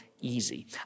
easy